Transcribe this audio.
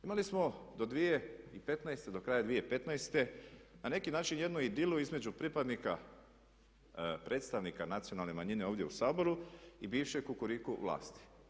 Imali smo do 2015., do kraja 2015. na neki način jednu idilu između pripadnika, predstavnika nacionalne manjine ovdje u Saboru i bivše kukuriku vlasti.